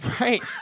Right